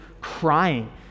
crying